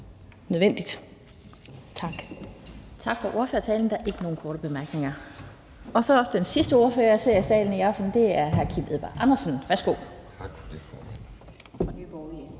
Lind): Tak for ordførertalen. Der er ikke nogen korte bemærkninger. Så er den sidste ordfører, jeg ser i salen i aften, hr. Kim Edberg Andersen fra Nye Borgerlige.